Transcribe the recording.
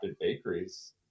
bakeries